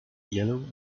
yellow